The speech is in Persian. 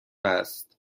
است